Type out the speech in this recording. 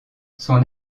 son